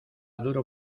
duro